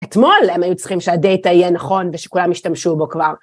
אתמול הם היו צריכים שהדאטה יהיה נכון ושכולם ישתמשו בו כבר.